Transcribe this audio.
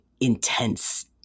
intense